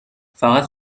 فقط